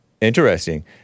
interesting